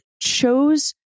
chose